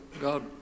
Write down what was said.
God